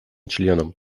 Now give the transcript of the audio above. членам